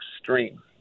extreme